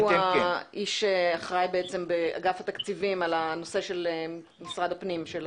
הוא האיש שאחראי באגף התקציבים על הנושא של משרד הפנים.